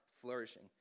flourishing